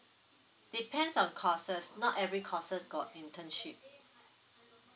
depends on courses not every courses got internship